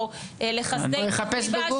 או לחפש בגוגל.